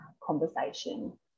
conversation